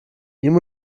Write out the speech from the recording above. ihm